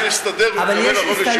הסתדר, או, החוק השני.